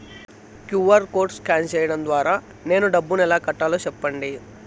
QR code scan సేయడం ద్వారా నేను డబ్బును ఎలా కట్టాలో సెప్పండి?